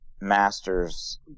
masters